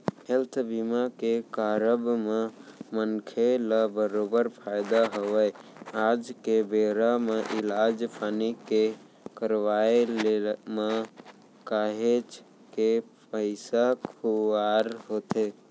health बीमा के कारब म मनखे ल बरोबर फायदा हवय आज के बेरा म इलाज पानी के करवाय म काहेच के पइसा खुवार होथे